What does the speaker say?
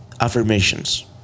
affirmations